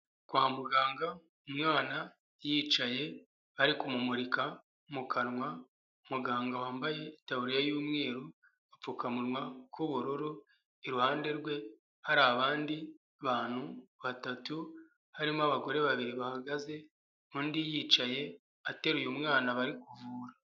Kwa muganga umwana yicaye bari kumumurika mu kanwa, muganga wambaye itaburiya y'umweru, apfukamunwa k'ubururu, iruhande rwe hari abandi bantu batatu harimo abagore babiri bahagaze, undi yicaye ateruye umwana bari kuvura.